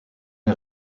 est